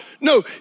No